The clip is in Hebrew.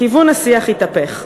כיוון השיח התהפך,